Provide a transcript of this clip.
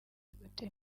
gutera